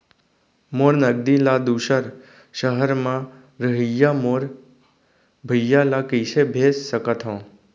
मोर नगदी ला दूसर सहर म रहइया मोर भाई ला कइसे भेज सकत हव?